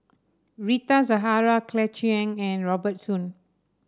Rita Zahara Claire Chiang and Robert Soon